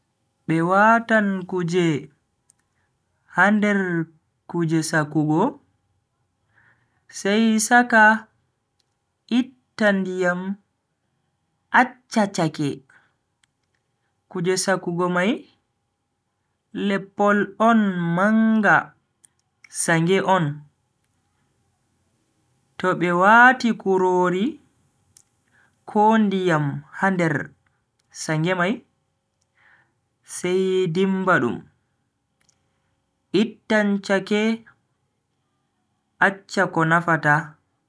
Be watan kuje ha nder kuje sakugo, sai saka itta ndiyam accha chake. kuje sakugo mai leppol on manga sange on to be wati kurori ko ndiyam ha nder sange mai sai dimba dum, ittan chake accha ko nafata.